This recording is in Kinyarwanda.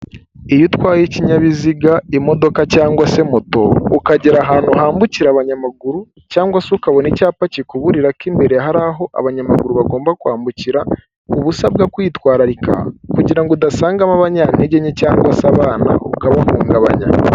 Iyo utwaye ikinyabiziga, imodoka cg se moto, ukagera ahantu hambukira abanyamaguru cyangwa se ukabona icyapa kikuburira ko imbere hari aho abanyamaguru bagomba kwambukira, uba usabwa kwitwararika kugira ngo udasangamo abanyantegenke cyangwa se abana, ukabahungabanya...